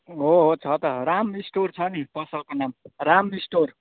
हो हो छ त राम स्टोर छ नि पसलको नाम राम स्टोर